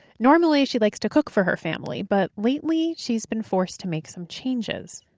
normally she likes to cook for her family, but lately she's been forced to make some changes,